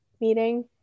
meeting